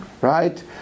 right